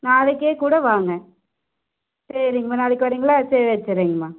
நாளைக்கே கூட வாங்க சரிங்கம்மா நாளைக்கு வர்றீங்களா சரி வச்சிடுறேங்கம்மா